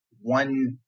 one